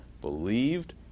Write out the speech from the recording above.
believed